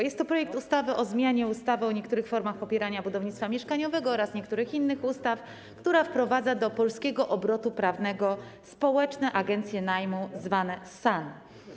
Jest to projekt ustawy o zmianie ustawy o niektórych formach popierania budownictwa mieszkaniowego oraz niektórych innych ustaw, która wprowadza do polskiego obrotu prawnego społeczne agencje najmu, zwane SAN.